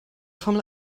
formel